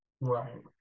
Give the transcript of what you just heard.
Right